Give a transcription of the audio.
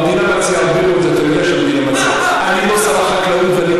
המדינה מציעה הרבה מאוד, ואתה יודע שהמדינה מציעה.